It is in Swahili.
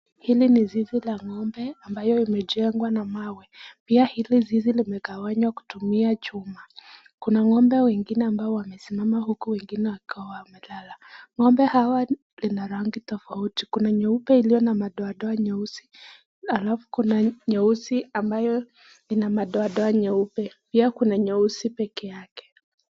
Hili ni zizi la ngombe ambayo imejengwa na mawe, pia zizi hili limegawanywa kutumia chuma, kuna ngombe wengine ambao wamesimama huku wengine wakiwa wamelala, ngombe hawa lina rangi tofauti, kuna nyeupe iliyo na madoa doa nyeusi na nyeupe iliyo na madoadoa, pia kuna nyeusi pekee yake.